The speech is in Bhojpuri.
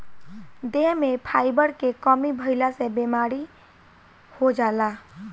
देह में फाइबर के कमी भइला से बीमारी हो जाला